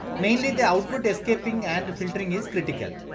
mainly the output escaping and the filtering is critical,